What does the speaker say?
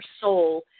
soul